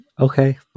Okay